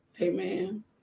Amen